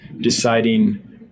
deciding